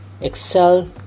Excel